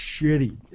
shitty